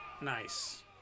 Nice